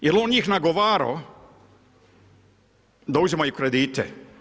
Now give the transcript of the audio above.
Jel' on njih nagovarao da uzimaju kredite?